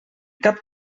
cap